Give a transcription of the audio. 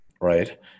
right